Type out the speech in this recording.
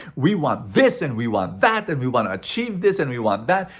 we want this, and we want that, and we want to achieve this, and we want that.